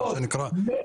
מה שנקרא --- מאוד,